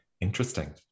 Interesting